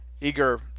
eager